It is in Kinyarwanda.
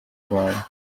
rwanda